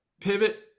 pivot